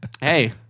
Hey